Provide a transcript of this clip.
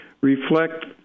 reflect